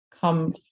come